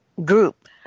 group